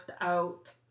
out